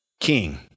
king